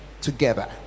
together